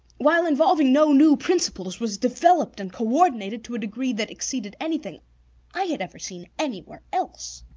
while involving no new principles, was developed and coordinated to a degree that exceeded anything i had ever seen anywhere else.